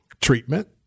treatment